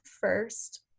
first